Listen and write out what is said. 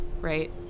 right